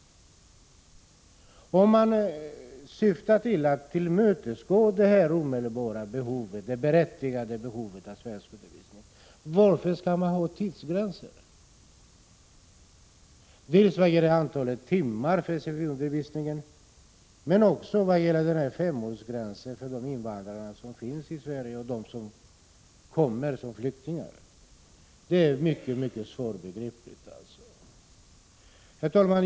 Vilken funktion fyller den? Om man syftar till att tillmötesgå det omedelbara och berättigade behovet av svenskundervisning, varför skall man då ha tidsgränser? Dels gäller det antalet timmar för sfi-undervisningen, dels också en femårsgräns för de invandrare som finns i Sverige och för dem som kommer hit som flyktingar. Det är mycket svårbegripligt. Herr talman!